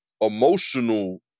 emotional